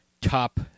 top